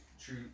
True